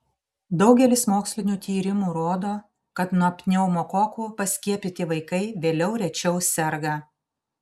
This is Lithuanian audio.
daugelis mokslinių tyrimų rodo kad nuo pneumokokų paskiepyti vaikai vėliau rečiau serga